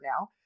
now